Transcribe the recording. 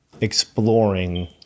exploring